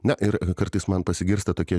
na ir kartais man pasigirsta tokie